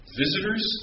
visitors